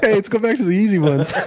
hey, let's go back to the easy ones.